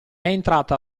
entrata